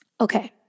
okay